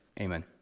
Amen